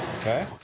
Okay